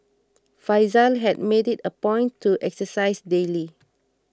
Faizal had made it a point to exercise daily